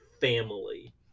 family